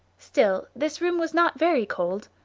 still, this room was not very cold,